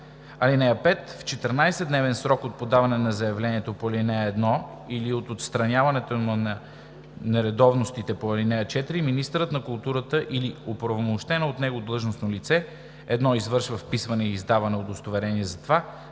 (5) В 14-дневен срок от подаване на заявлението по ал. 1 или от отстраняването на нередовностите по ал. 4, министърът на културата или оправомощено от него длъжностно лице: 1. извършва вписване и издава удостоверение за това;